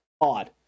odd